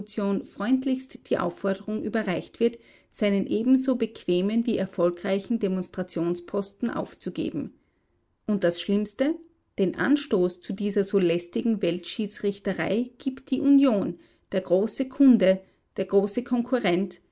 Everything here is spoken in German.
freundlichst die aufforderung überreicht wird seinen ebenso bequemen wie erfolgreichen demonstrationsposten aufzugeben und das schlimmste den anstoß zu dieser so lästigen weltschiedsrichterei gibt die union der große kunde der große konkurrent